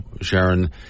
Sharon